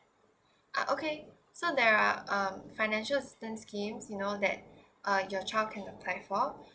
ah okay so there are um financial assistance scheme you know that uh your child can apply for